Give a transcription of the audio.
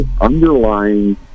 underlying